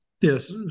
Yes